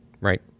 right